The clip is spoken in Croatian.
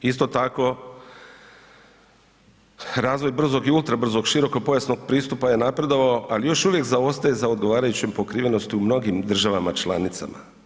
Isto tako, razvoj brzog i ultrabrzog širokopojasnog pristupa je napredovao, ali još uvijek zaostaje za odgovarajuću pokrivenost u mnogim državama članicama.